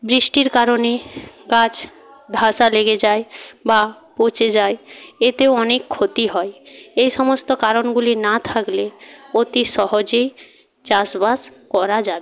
বৃষ্টির কারণে গাছ ধসা লেগে যায় বা পচে যায় এতে অনেক ক্ষতি হয় এই সমস্ত কারণগুলি না থাকলে অতি সহজেই চাষবাস করা যাবে